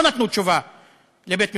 לא נתנו תשובה לבית-משפט,